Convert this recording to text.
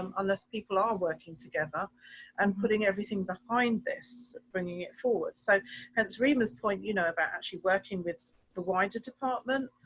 um unless people are working together and putting everything behind this, bringing it forward. so hence rimas point you know about actually working with the wider department